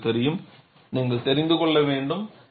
உங்களுக்குத் தெரியும் நீங்கள் தெரிந்து கொள்ள வேண்டும்